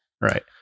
Right